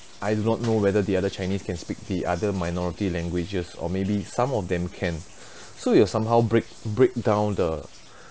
I do not know whether the other chinese can speak the other minority languages or maybe some of them can so you're somehow break break down the